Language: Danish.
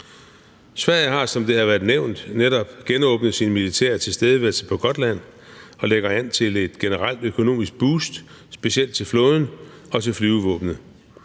Sverige har, som det har været nævnt, netop genåbnet sin militære tilstedeværelse på Gotland og lægger an til et generelt økonomisk boost specielt til flåden og til flyvevåbnet.